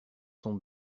sont